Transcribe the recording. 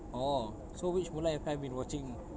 oh so which mulan have I been watching